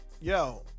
Yo